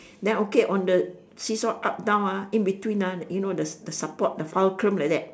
then okay on the see-saw up down ah in between ah you know the support the fulcrum like that